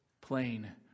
plain